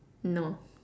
no